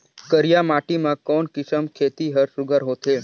करिया माटी मा कोन किसम खेती हर सुघ्घर होथे?